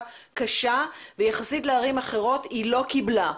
קשה ויחסית לערים אחרות היא לא קיבלה.